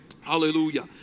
Hallelujah